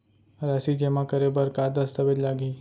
राशि जेमा करे बर का दस्तावेज लागही?